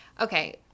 Okay